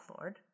Lord